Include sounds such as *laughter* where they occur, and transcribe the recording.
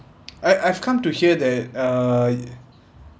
*noise* I I've come to hear that uh